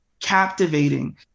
captivating